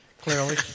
clearly